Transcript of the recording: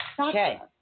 Okay